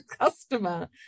customer